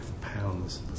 pounds